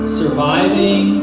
surviving